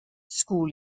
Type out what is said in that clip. school